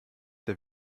der